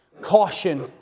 Caution